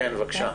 כן, בבקשה.